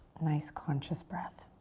nice conscious breath.